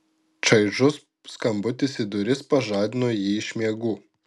čaižus skambutis į duris pažadino jį iš miegų